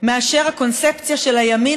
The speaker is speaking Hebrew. מאשר הקונספציה של הימין,